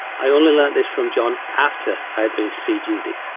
i only learnt this from john after i had been to see judy.